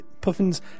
Puffin's